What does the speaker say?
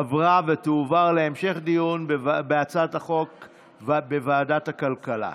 עברה, ותועבר להמשך דיון בוועדת הכלכלה.